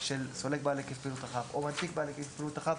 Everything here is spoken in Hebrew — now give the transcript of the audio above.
סולק בעל היקף פעילות רחב או מנפיק בעל היקף פעילות רחב,